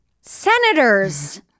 Senators